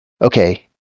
okay